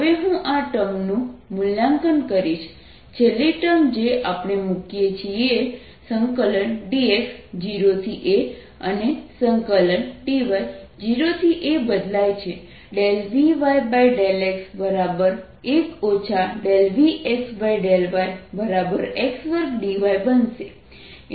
હવે હું આ ટર્મનું મૂલ્યાંકન કરીશ છેલ્લી ટર્મ જે આપણે મુકીએ છીએ dx 0 થી a અનેdy 0 થી a બદલાય છે Vy∂x1 Vx∂y x2dy બનશે